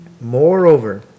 Moreover